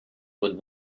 with